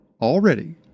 already